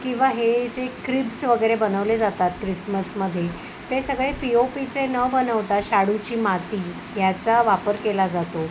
किंवा हे जे क्रिब्स वगैरे बनवले जातात ख्रिसमसमध्ये ते सगळे पि ओ पीचे न बनवता शाडूची माती याचा वापर केला जातो